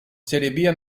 serie